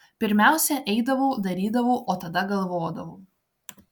pirmiausia eidavau darydavau o tada galvodavau